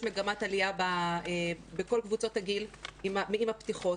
מגמת עלייה בכל קבוצות הגיל עם הפתיחות.